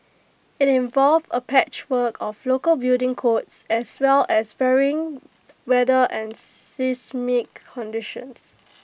IT involves A patchwork of local building codes as well as varying weather and seismic conditions